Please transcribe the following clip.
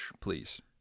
please